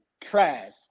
trash